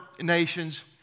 nations